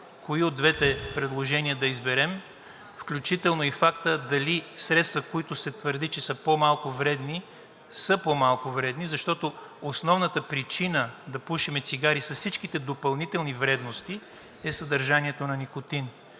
кои от двете предложения да изберем, включително и факта дали средства, за които се твърди, че са по-малко вредни, са по-малко вредни, защото основната причина да пушим цигари с всичките допълнителни вредности е съдържанието на никотин.